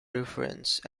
reference